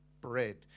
Bread